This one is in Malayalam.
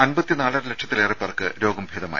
അമ്പത്തി നാലര ലക്ഷത്തിലേറെപ്പേർക്ക് ഭേദമായി